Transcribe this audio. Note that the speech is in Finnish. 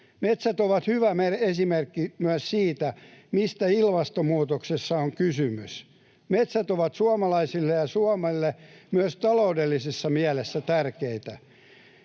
Metsät ovat hyvä esimerkki myös siitä, mistä ilmastonmuutoksessa on kysymys. Metsät ovat suomalaisille ja Suomelle myös taloudellisessa mielessä tärkeitä,